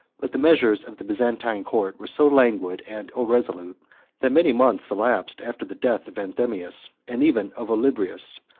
but the measures of the byzantine court were so languid and irresolute, that many months elapsed after the death of anthemius, and even of olybrius,